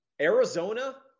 Arizona